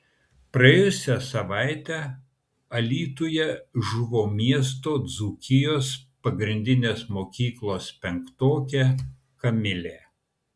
praėjusią savaitę alytuje žuvo miesto dzūkijos pagrindinės mokyklos penktokė kamilė